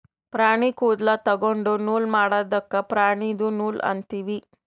ಪ್ರಾಣಿ ಕೂದಲ ತೊಗೊಂಡು ನೂಲ್ ಮಾಡದ್ಕ್ ಪ್ರಾಣಿದು ನೂಲ್ ಅಂತೀವಿ